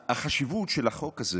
החשיבות של החוק הזה